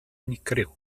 unigryw